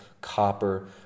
copper